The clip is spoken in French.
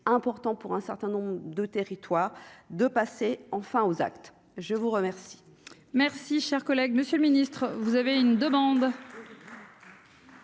important pour un certain nombre de territoires, de passer enfin aux actes, je vous remercie.